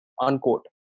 Unquote